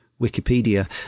Wikipedia